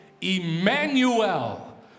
Emmanuel